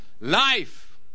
Life